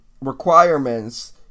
requirements